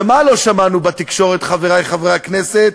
ומה לא שמענו בתקשורת, חברי חברי הכנסת?